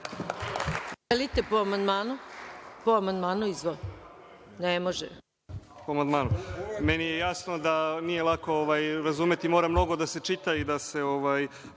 mi je da nije lako razumeti, mora mnogo da se čita i da se